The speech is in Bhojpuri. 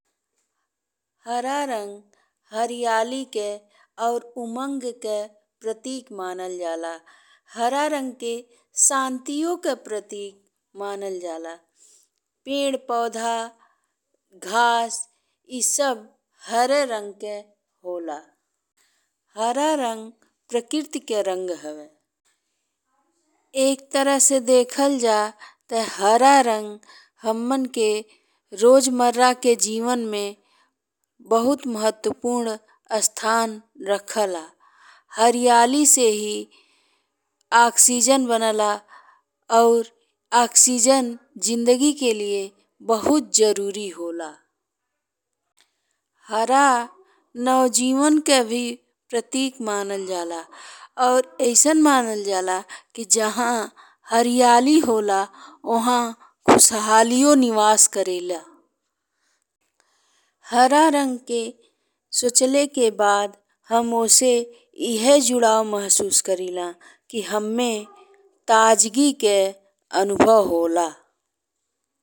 हरा रंग हरियाली के और उमंग के प्रतीक मानल जाला। हरा रंग के संतियों के प्रतीक मानल जाला। पेड़ पौधा, घास ए सब हरे रंग के होला। हरा रंग प्रकृति के रंग हवे। एक तरह से देखल जाए ते हरा रंग हम्मन के रोज मर्रा के जीवन में बहुत महत्त्वपूर्ण स्थान रखला। हरियाली से ही ऑक्सीजन बनेला और ऑक्सीजन जिंदगी के लिए बहुत जरुरी होला। हरा नवजीवन के भी प्रतीक मानल जाला और अइसन मानल जाला कि जहाँ हरियाली होला ओह खुसालियो निवास करेला। हरा रंग के सोचले के बाद हम ओसे एह जुड़ाव महसूस करिला कि हममे ताजगी के अनुभव होला।